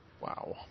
Wow